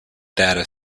data